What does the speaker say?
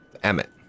Emmett